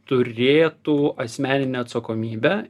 turėtų asmeninę atsakomybę